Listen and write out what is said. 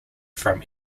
from